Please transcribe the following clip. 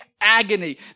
agony